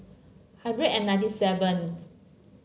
hundred and ninety seven